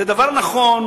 זה דבר נכון,